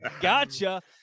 Gotcha